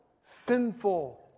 sinful